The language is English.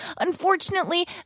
unfortunately